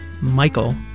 michael